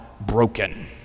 broken